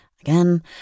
Again